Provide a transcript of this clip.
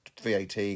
VAT